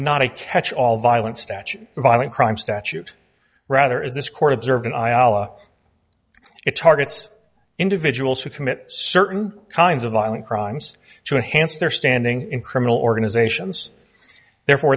not a catch all violent statute a violent crime statute rather is this court observed an iowa it targets individuals who commit certain kinds of violent crimes to enhance their standing in criminal organizations therefore